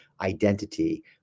identity